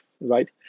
right